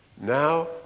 Now